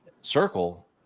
Circle